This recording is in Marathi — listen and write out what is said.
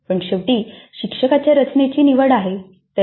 पण शेवटी ती शिक्षकाच्या रचनेची निवड आहे